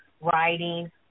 writing